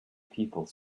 people